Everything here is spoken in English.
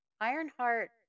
Ironheart